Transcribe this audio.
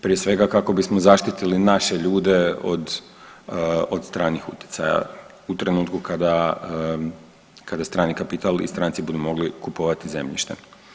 Prije svega kako bismo zaštitili naše ljude od, od stranih utjecaja u trenutku kada, kada strani kapital i stranci budu mogli kupovati zemljišta.